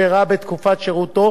שאירעה בתקופת שירותו,